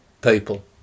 people